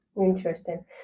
Interesting